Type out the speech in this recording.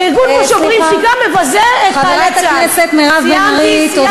וארגון "שוברים שתיקה" מבזה את חיילי צה"ל.